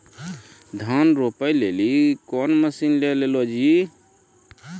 धान रोपे लिली कौन मसीन ले लो जी?